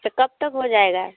तो कब तक हो जाएगा